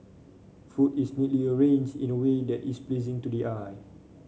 food is neatly arranged in a way that is pleasing to the eye